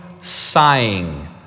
sighing